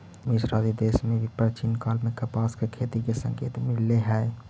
मिस्र आदि देश में भी प्राचीन काल में कपास के खेती के संकेत मिलले हई